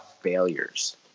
failures